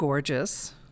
Gorgeous